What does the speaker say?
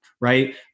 right